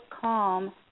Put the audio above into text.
calm